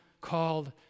called